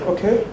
Okay